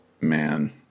man